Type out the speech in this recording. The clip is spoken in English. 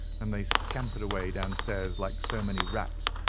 and they scampered away downstairs like so many rats,